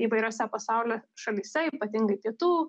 įvairiose pasaulio šalyse ypatingai pietų